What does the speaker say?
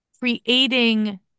creating